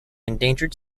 endangered